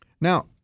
Now